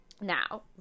now